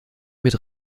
mit